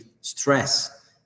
stress